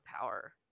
power